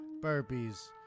burpees